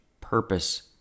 purpose